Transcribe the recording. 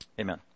amen